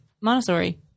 Montessori